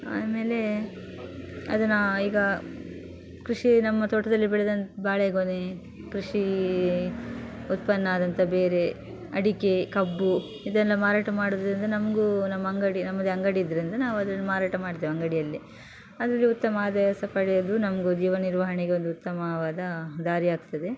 ಆಮೇಲೆ ಅದನ್ನು ಈಗ ಕೃಷಿ ನಮ್ಮ ತೋಟದಲ್ಲಿ ಬೆಳೆದ ಬಾಳೆಗೊನೆ ಕೃಷಿ ಉತ್ಪನ್ನದಂತಹ ಬೇರೆ ಅಡಿಕೆ ಕಬ್ಬು ಇದೆಲ್ಲ ಮಾರಾಟ ಮಾಡುವುರಿಂದ ನಮಗೂ ನಮ್ಮ ಅಂಗಡಿ ನಮ್ಮದೇ ಅಂಗಡಿ ಇದರಿಂದ ನಾವು ಅದನ್ನು ಮಾರಾಟ ಮಾಡ್ತೇವೆ ಅಂಗಡಿಯಲ್ಲೇ ಅದರಲ್ಲಿ ಉತ್ತಮ ಆದಾಯ ಸಹ ಪಡೆಯುವುದು ನಮಗೂ ಜೀವ ನಿರ್ವಹಣೆಗೂ ಒಂದು ಉತ್ತಮವಾದ ದಾರಿ ಆಗ್ತದೆ